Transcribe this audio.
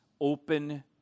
open